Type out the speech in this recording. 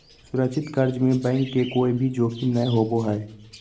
सुरक्षित कर्ज में बैंक के कोय भी जोखिम नय होबो हय